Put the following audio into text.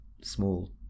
small